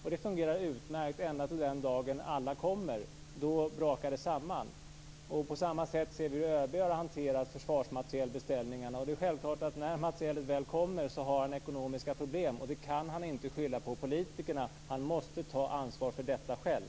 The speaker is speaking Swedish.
Det fungerar utmärkt ända till den dagen alla kommer. Då brakar det samman. På samma sätt har ÖB hanterat försvarsmaterielbeställningarna. Det är självklart att när materielet väl kommer har han ekonomiska problem. Det kan han inte skylla på politikerna. Han måste ta ansvar för detta själv.